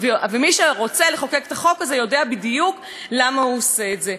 ומי שרוצה לחוקק את החוק הזה יודע בדיוק למה הוא עושה את זה.